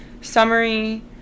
summary